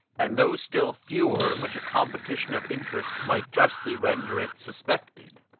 and those still fewer, in which a competition of interests might justly render it suspected.